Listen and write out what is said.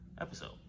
episode